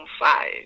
five